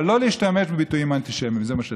אבל לא להשתמש בביטויים אנטישמיים, זה מה שדרשתי.